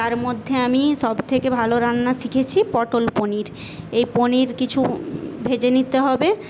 তার মধ্যে আমি সবথেকে ভালো রান্না শিখেছি পটল পনির এই পনির কিছু ভেজে নিতে হবে